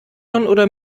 oder